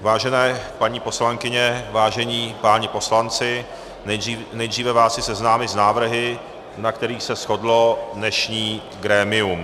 Vážené paní poslankyně, vážení páni poslanci, nejdříve vás chci seznámit s návrhy, na kterých se shodlo dnešní grémium.